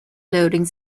loading